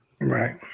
right